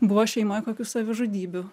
buvo šeimoj kokių savižudybių